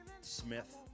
Smith